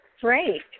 Great